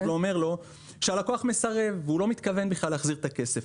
לא אומר לו שהלקוח מסרב והוא לא מתכוון להחזיר את הכסף.